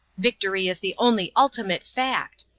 victory is the only ultimate fact.